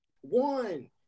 one